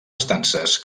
estances